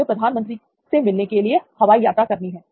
मुझे प्रधानमंत्री से मिलने के लिए हवाई यात्रा करनी है